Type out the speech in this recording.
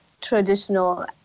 traditional